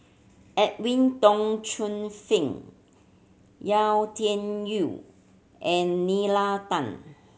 Edwin Tong Chun Fai Yau Tian Yau and Tan